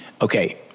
Okay